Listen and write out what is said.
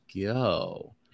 go